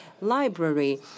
library